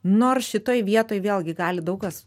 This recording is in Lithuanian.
nors šitoj vietoj vėlgi gali daug kas